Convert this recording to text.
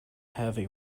have